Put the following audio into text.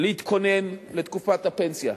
להתכונן לתקופת הפנסיה.